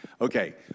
Okay